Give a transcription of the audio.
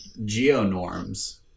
geonorms